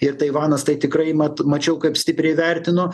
ir taivanas tai tikrai mat mačiau kaip stipriai vertino